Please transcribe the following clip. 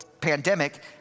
pandemic